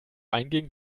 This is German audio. einging